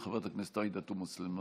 חברת הכנסת עאידה תומא סלימאן,